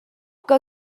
que